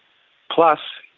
plus,